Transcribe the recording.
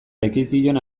lekeition